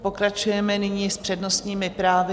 Pokračujeme nyní s přednostními právy.